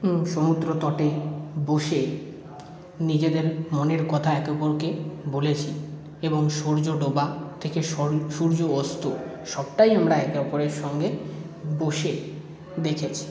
সমুদ্র তটে বসে নিজেদের মনের কথা একে অপরকে বলেছি এবং সূর্য ডোবা থেকে সূর্য অস্ত সবটাই আমরা একে অপরের সঙ্গে বসে দেখেছি